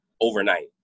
overnight